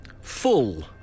full